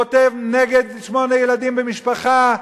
כותב נגד שמונה ילדים במשפחה,